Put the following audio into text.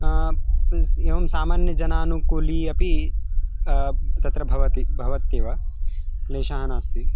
पिस् एवं सामान्यजनानुकूली अपि तत्र भवति भवत्येव क्लेशः नास्ति